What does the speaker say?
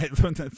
right